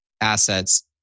assets